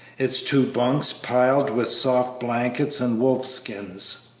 its two bunks piled with soft blankets and wolf-skins.